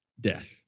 death